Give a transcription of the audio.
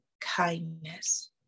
kindness